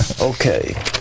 Okay